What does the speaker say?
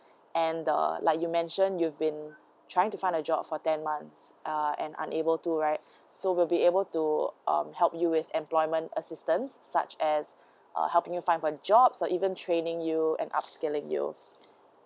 and the like you mention you've been trying to find a job for ten months uh and unable to right so we'll be able to um help you with employment assistance such as uh helping you find for a job so even training you and upscaling you